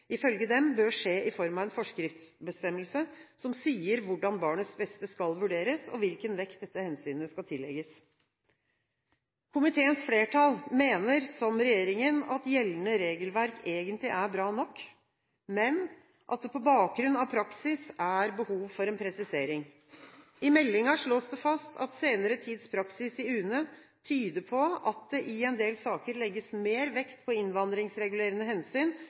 ifølge dem, bør skje i form av en forskriftsbestemmelse som sier hvordan barnets beste skal vurderes, og hvilken vekt dette hensynet skal tillegges. Komiteens flertall mener, som regjeringen, at gjeldende regelverk egentlig er bra nok, men at det på bakgrunn av praksis er behov for en presisering. I meldingen slås det fast at senere tids praksis i UNE tyder på at det i en del saker legges mer vekt på innvandringsregulerende hensyn